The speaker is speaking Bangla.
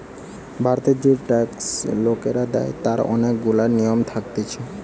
ভারতের যে ট্যাক্স লোকরা দেয় তার অনেক গুলা নিয়ম থাকতিছে